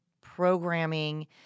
programming